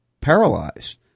paralyzed